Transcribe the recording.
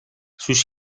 sus